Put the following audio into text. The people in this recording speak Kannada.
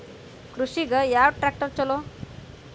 ಕೃಷಿಗ ಯಾವ ಟ್ರ್ಯಾಕ್ಟರ್ ಛಲೋ?